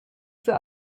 für